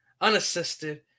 unassisted